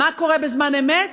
מה קורה בזמן אמת?